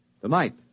Tonight